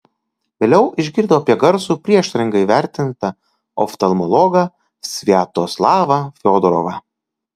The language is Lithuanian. vėliau išgirdo apie garsų prieštaringai vertintą oftalmologą sviatoslavą fiodorovą